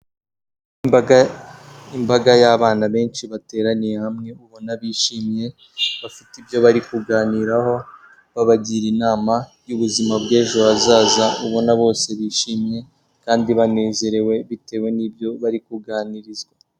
Ni imbaga y'abana benshi bateraniye hamwe ubona bishimye bafite ibyo bari kuganiraho babagira inama y'ubuzima bw'ejo hazaza ubona bose bishimye kandi banezerewe bitewe n'ibyo bari kuganirizwa.